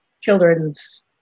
children's